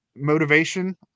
motivation